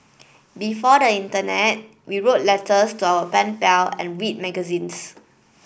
before the Internet we wrote letters to our pen pal and read magazines